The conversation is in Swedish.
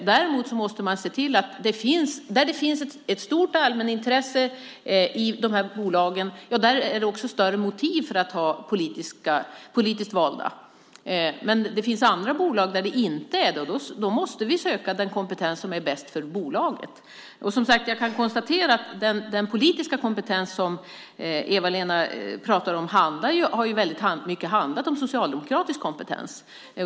Däremot måste man se till att där det finns ett stort allmänintresse i bolagen finns det också ett större motiv för att ha politiskt valda. Men det finns andra bolag där det inte är så, och då måste vi söka den kompetens som är bäst för bolaget. Jag kan som sagt konstatera att den politiska kompetens som Eva-Lena pratar om i mycket har handlat om socialdemokratisk kompetens.